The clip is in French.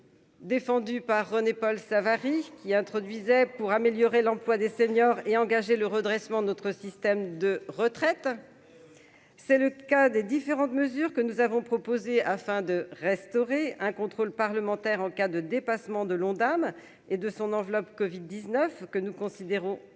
Défendu par René-Paul Savary qui introduisait pour améliorer l'emploi des seniors et engager le redressement de notre système de retraite, c'est le cas des différentes mesures que nous avons proposé afin de restaurer un contrôle parlementaire en cas de dépassement de l'Ondam et de son enveloppe Covid 19 que nous considérons